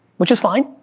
which is fine,